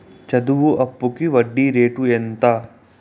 చదువు అప్పుకి వడ్డీ రేటు ఎంత?